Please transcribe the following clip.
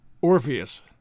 Orpheus